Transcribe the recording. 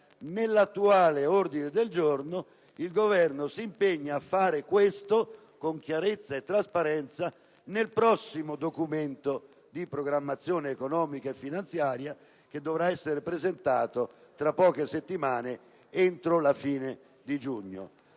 l'attuale ordine del giorno impegna il Governo a fare questo con chiarezza e trasparenza nel prossimo Documento di programmazione economico-finanziaria che dovrà essere presentato entro la fine di giugno.